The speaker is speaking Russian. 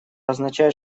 означает